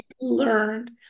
learned